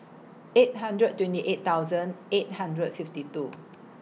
eight hundred twenty eight thousand eight hundred and fifty two